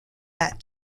that